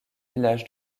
villages